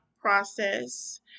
process